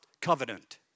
covenant